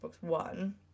One